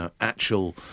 actual –